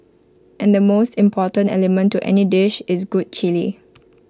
and the most important element to any dish is good Chilli